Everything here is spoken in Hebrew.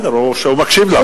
בסדר, הוא מקשיב לך.